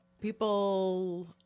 people